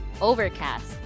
Overcast